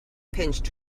pinched